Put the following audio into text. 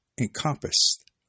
encompassed